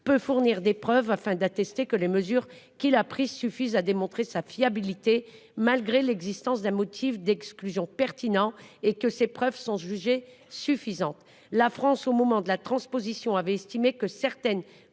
peut fournir des preuves afin d'attester que les mesures qu'il a prises suffisent à démontrer sa fiabilité malgré l'existence d'un motif d'exclusion pertinent et que ces preuves sont jugées suffisantes. La France au moment de la transposition avait estimé que certaines